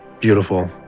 beautiful